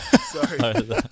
Sorry